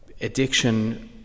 addiction